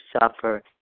suffer